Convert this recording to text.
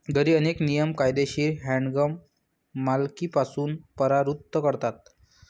घरी, अनेक नियम कायदेशीर हँडगन मालकीपासून परावृत्त करतात